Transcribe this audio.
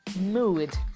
mood